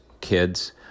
kids